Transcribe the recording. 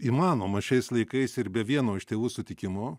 įmanoma šiais laikais ir be vieno iš tėvų sutikimo